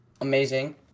amazing